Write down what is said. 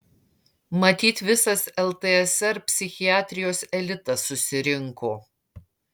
matyt visas ltsr psichiatrijos elitas susirinko